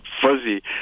fuzzy